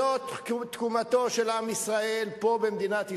זאת תקומתו של עם ישראל פה במדינת ישראל.